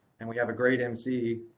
and we have a great emcee,